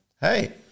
hey